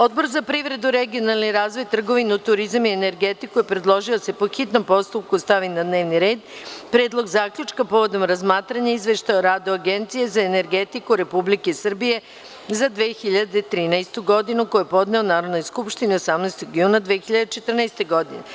Odbor za privredu, regionalni razvoj, trgovinu, turizam i energetiku je predložio da se, po hitnom postupku, stavi na dnevni red Predlog zaključka povodom razmatranja Izveštaja o radu Agencije za energetiku Republike Srbije za 2013. godinu, koji je podneo Narodnoj skupštini 18. juna 2014. godine.